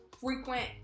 frequent